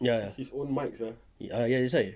ya ya that's why